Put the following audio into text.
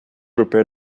prepare